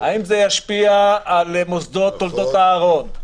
האם זה ישפיע על מוסדות תולדות אהרן?